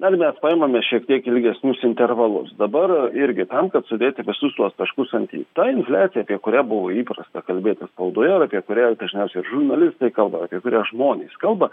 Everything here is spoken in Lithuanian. ar mes paimame šiek tiek ilgesnius intervalus dabar irgi tam kad sudėti visus tuos taškus ant i ta infliacija apie kurią buvo įprasta kalbėti spaudoje ir apie kurią dažniausiai žurnalistai kalba ar kai kurie žmonės kalba